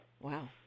wow